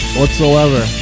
whatsoever